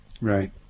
Right